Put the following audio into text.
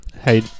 Hey